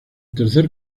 tercer